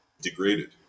degraded